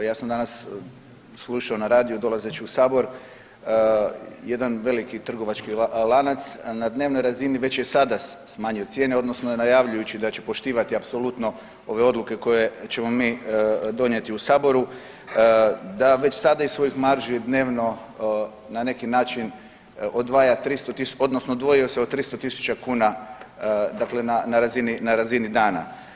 Ja sam danas slušao na radiju dolazeći u sabor, jedan veliki trgovački lanac na dnevnoj razini već je sada smanjio cijene odnosno najavljujući da će poštivati apsolutno ove odluke koje ćemo mi donijeti u saboru, da već sada iz svojih marži dnevno na neki način odvaja 300 odnosno odvojio se od 300 tisuća kuna dakle na, na razini, na razini dana.